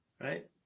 right